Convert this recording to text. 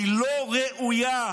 היא לא ראויה.